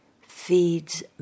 feeds